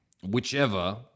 Whichever